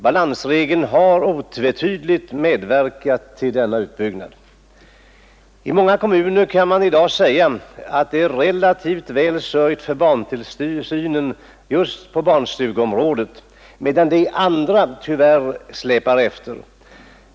Balansregeln har otvetydigt medverkat till denna utbyggnad. I många kommuner kan man i dag säga att det är relativt väl sörjt för barntillsynen genom barnstugorna, medan det i andra tyvärr släpar efter.